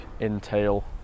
entail